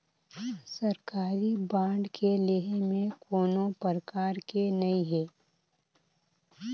सरकारी बांड के लेहे में कोनो परकार के नइ हे